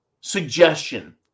suggestion